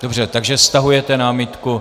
Dobře, takže stahujete námitku.